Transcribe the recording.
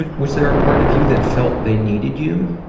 ah was there a part of you that felt they needed you,